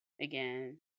again